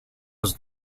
was